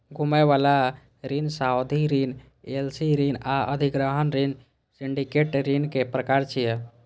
घुमै बला ऋण, सावधि ऋण, एल.सी ऋण आ अधिग्रहण ऋण सिंडिकेट ऋणक प्रकार छियै